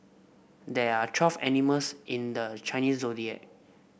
there are twelve animals in the Chinese Zodiac